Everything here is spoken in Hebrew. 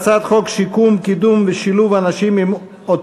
אנחנו עם 18 קולות בעד,